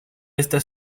esta